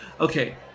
okay